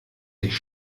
sich